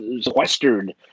sequestered